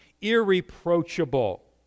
irreproachable